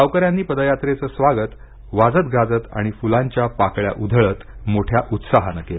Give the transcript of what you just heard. गावकऱ्यांनी पदयात्रेचं स्वागत वाजत गाजत आणि फुलांच्या पाकळ्या उधळत मोठ्या उत्साहाने केलं